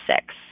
six